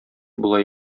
була